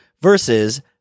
versus